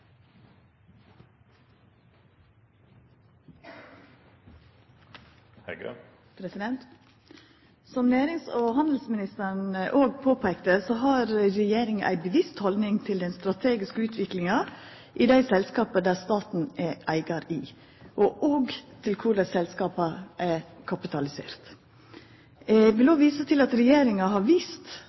Som handels- og næringsministeren òg påpeika, har regjeringa ei bevisst haldning til den strategiske utviklinga i dei selskapa der staten er eigar, og til korleis selskapa er kapitaliserte. Eg vil òg visa til at regjeringa har vist